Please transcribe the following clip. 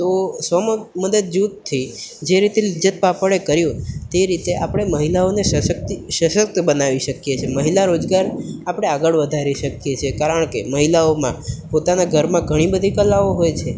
તો સ્વ મદ મદદ જૂથથી જે રીતે લિજ્જત પાપડે કર્યું તે રીતે આપણે મહિલાઓને સશક્તિ સશક્ત બનાવી શકીએ છેએ મહિલા રોજગાર આપણે આગળ વધારી શકીએ છે કારણ કે મહિલાઓમાં પોતાના ઘરમાં ઘણીબધી કલાઓ હોય છે